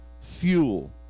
fuel